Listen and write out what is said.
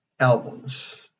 albums